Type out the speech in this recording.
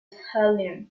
helium